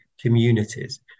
communities